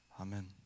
Amen